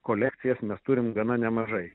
kolekcijas mes turim gana nemažai